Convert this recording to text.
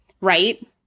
right